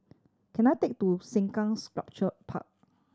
can I take to Sengkang Sculpture Park